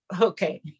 Okay